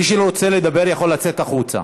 מי שרוצה לדבר יכול לצאת החוצה.